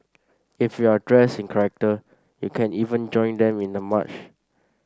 if you're dressed in character you can even join them in the march